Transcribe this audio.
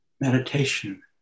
meditation